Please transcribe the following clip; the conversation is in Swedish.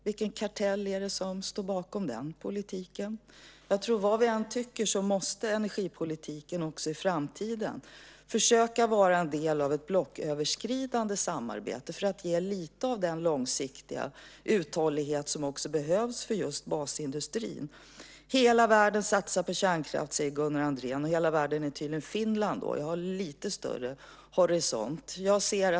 Vilken kartell är det som står bakom den politiken? Vad vi än tycker tror jag att energipolitiken också i framtiden måste försöka vara en del av ett blocköverskridande samarbete för att ge lite av den långsiktiga uthållighet som behövs för basindustrin. Hela världen satsar på kärnkraft, säger Gunnar Andrén, och hela världen är tydligen Finland. Jag har lite större horisont.